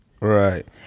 Right